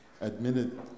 admitted